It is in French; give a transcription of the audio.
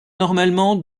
normalement